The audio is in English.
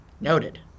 Noted